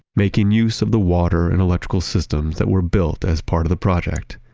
making use of the water and electrical systems that were built as part of the project,